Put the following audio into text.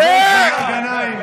זאת שותפות, אל תאיים עליו.